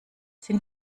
sind